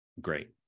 Great